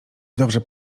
dobrze